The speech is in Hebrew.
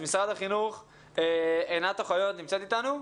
משרד החינוך, עינת אוחיון נמצאת איתנו?